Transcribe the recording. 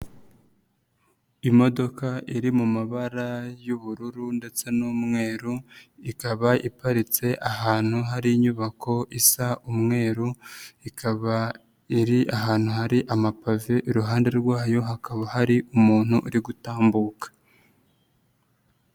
Imodoka iri mu mabara y'ubururu ndetse n'umweru, ikaba iparitse ahantu hari inyubako isa umweru, ikaba iri ahantu hari amapave iruhande rwayo hakaba hari umuntu uri gutambuka.